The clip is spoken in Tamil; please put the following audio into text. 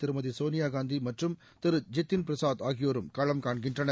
திருமதி சோனியா காந்தி மற்றும் திரு ஜித்தின் பிரசாத் ஆகியோரும் களம்காண்கின்றனர்